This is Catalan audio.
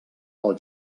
pel